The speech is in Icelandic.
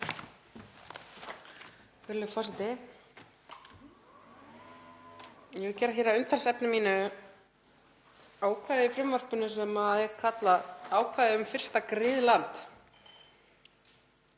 Virðulegur forseti. Ég vil gera hér að umtalsefni mínu ákvæðið í frumvarpinu sem er kallað ákvæðið um fyrsta griðland.